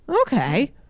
Okay